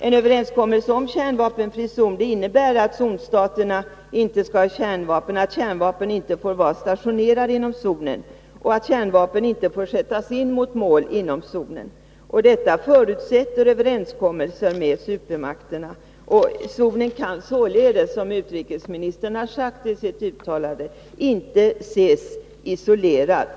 En överenskommelse om en kärnvapenfri zon innebär att zonstaterna inte skall ha kärnvapen, att kärnvapen inte får vara stationerade inom zonen och att kärnvapen inte får sättas in mot mål inom zonen. Detta förutsätter överenskommelser med supermakterna. Zonen kan således, som utrikesministern har sagt i sitt uttalande, inte ses isolerad.